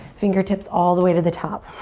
fingertips all the way to the top.